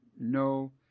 No